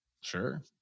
Sure